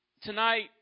tonight